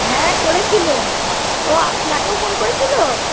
হ্যাঁ করেছিল ও আপনাকেও ফোন করেছিল